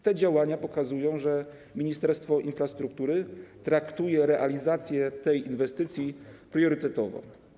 Te działania pokazują, że Ministerstwo Infrastruktury traktuje realizację tej inwestycji priorytetowo.